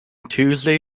tuesday